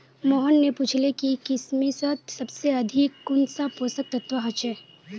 मोहन ने पूछले कि किशमिशत सबसे अधिक कुंन सा पोषक तत्व ह छे